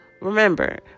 remember